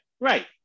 Right